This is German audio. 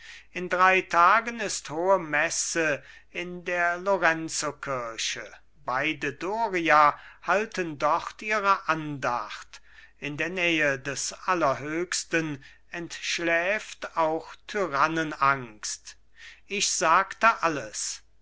in drei tagen ist hohe messe in der lorenzokirche beide doria halten dort ihre andacht in der nähe des allerhöchsten entschläft auch tyrannenangst ich sagte alles